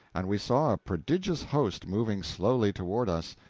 and we saw a prodigious host moving slowly toward us,